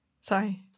sorry